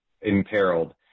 imperiled